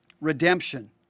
redemption